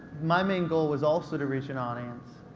my main goal was also to reach an audience,